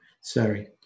Sorry